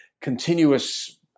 continuous